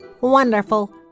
Wonderful